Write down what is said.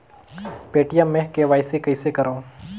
Paytm मे KYC कइसे करव?